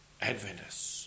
Adventists